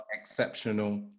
exceptional